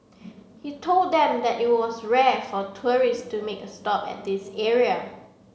he told them that it was rare for tourist to make a stop at this area